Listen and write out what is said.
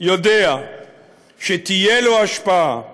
יודע שתהיה לו השפעה.